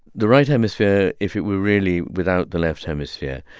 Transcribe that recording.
the right hemisphere, if it were really without the left hemisphere,